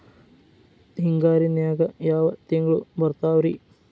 ಹಿಂಗಾರಿನ್ಯಾಗ ಯಾವ ತಿಂಗ್ಳು ಬರ್ತಾವ ರಿ?